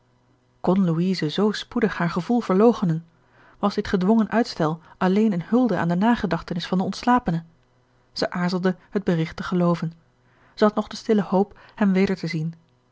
louise zoo spoedig haar gevoel verloochenen was dit gedwongen uitstel alleen eene hulde aan de nagedachtenis van den ontslapene zij aarzelde het berigt te gelooven zij had nog de stille hoop hem weder te zien